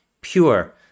pure